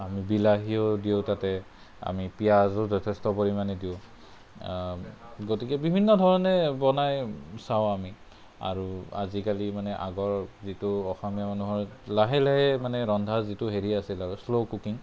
বিলাহীও দিও তাতে আমি পিয়াজো যথেষ্ট পৰিমাণে দিওঁ গতিকে বিভিন্ন ধৰণে বনাই চাওঁ আমি আৰু আজিকালি মানে আগৰ যিটো অসমীয়া মানুহৰ লাহে লাহে মানে ৰন্ধাৰ যিটো হেৰি আছিল আৰু শ্ল' কুকিং